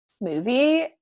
movie